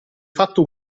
fatto